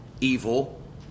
evil